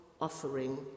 offering